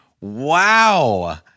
Wow